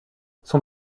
son